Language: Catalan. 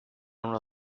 una